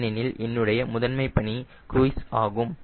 ஏனெனில் என்னுடைய முதன்மை பணி க்ரூய்ஸ் ஆகும்